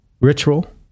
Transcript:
ritual